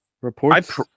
reports